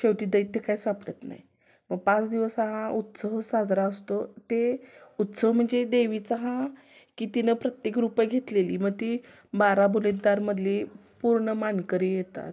शेवटी दैत्य काही सापडत नाही मग पाच दिवस हा उत्सव साजरा असतो ते उत्सव म्हणजे देवीचा हा की तिनं प्रत्येक रूपं घेतलेली मग ती बारा बलुतेदार मधली पूर्ण मानकरी येतात